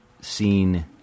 seen